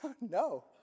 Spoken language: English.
No